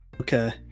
Okay